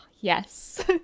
yes